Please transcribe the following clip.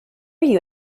you